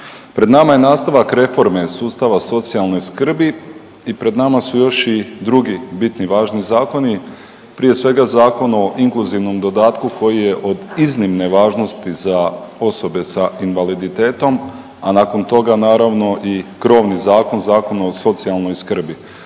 Pred nama je nastavak reforme sustava socijalne skrbi i pred nama su još i drugi, bitni, važni zakoni prije svega Zakon o inkluzivnom dodatku koji je od iznimne važnosti za osobe sa invaliditetom, a nakon toga naravno i krovni zakon, Zakon o socijalnoj skrbi.